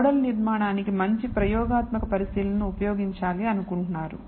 model నిర్మాణానికి మంచి ప్రయోగాత్మక పరిశీలనలను ఉపయోగించాలి అనుకుంటున్నారు